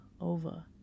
over